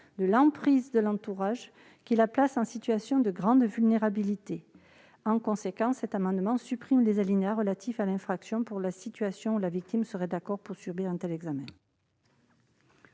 de l'emprise de l'entourage, qui la place en situation de grande vulnérabilité. En conséquence, cet amendement tend à supprimer les alinéas relatifs à l'infraction lorsque la victime est d'accord pour subir un tel examen.